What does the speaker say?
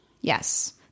Yes